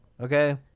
okay